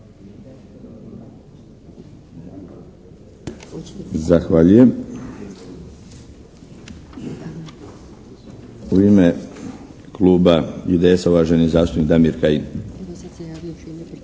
Zahvaljujem. U ime Kluba IDS-a uvaženi zastupnik Damir Kajin.